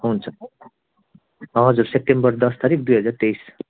हुन्छ हजुर सेप्टेम्बर दस तारिक दुई हजार तेइस